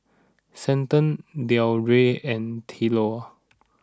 Stanton Deondre and Theola